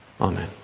Amen